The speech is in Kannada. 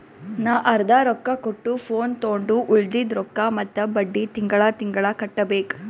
ನಾ ಅರ್ದಾ ರೊಕ್ಕಾ ಕೊಟ್ಟು ಫೋನ್ ತೊಂಡು ಉಳ್ದಿದ್ ರೊಕ್ಕಾ ಮತ್ತ ಬಡ್ಡಿ ತಿಂಗಳಾ ತಿಂಗಳಾ ಕಟ್ಟಬೇಕ್